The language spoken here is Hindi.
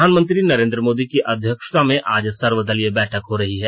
प्रधानमंत्री नरेंद्र मोदी की अध्यक्षता में आज सर्वदलीय बैठक हो रही है